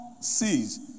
sees